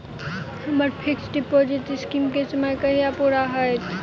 हम्मर fix deposit scheme केँ समय कहिया पूरा हैत?